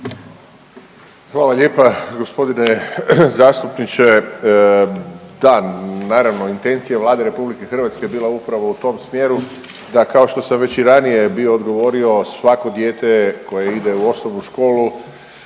Hvala lijepa g. zastupniče. Da, naravno, intencija Vlade RH je bila upravo u tom smjeru da kao što sam već i ranije bio odgovorio, svako dijete koje ide u osnovnu školu